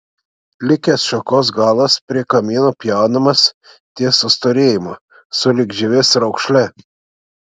likęs šakos galas prie kamieno pjaunamas ties sustorėjimu sulig žievės raukšle